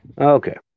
Okay